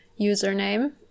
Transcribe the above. username